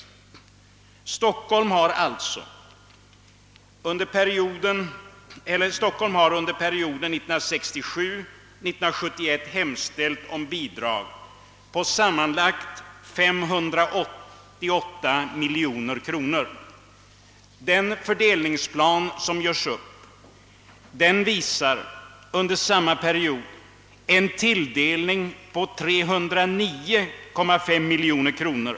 Stockholm har hemställt om bidrag under perioden 1967—1971 på sammanlagt 588 miljoner kronor, men den fördelningsplan som görs upp visar under samma period en tilldelning av 309,5 miljoner kronor.